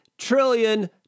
trillion